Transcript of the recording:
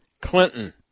Clinton